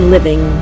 Living